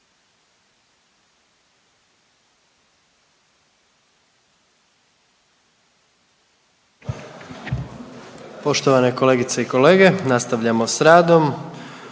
Poštovane kolegice i kolege nastavljamo s radom.